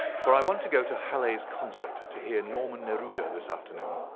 for i want to go to halle's concert to hear norman neruda this afternoon.